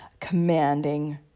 commanding